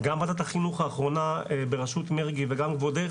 גם ועדת החינוך האחרונה בראשות מרגי, וגם כבודך,